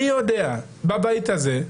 אבל אני יודע שבבית הזה,